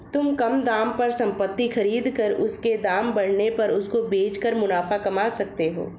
तुम कम दाम पर संपत्ति खरीद कर उसके दाम बढ़ने पर उसको बेच कर मुनाफा कमा सकते हो